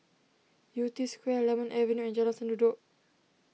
Yew Tee Square Lemon Avenue and Jalan Sendudok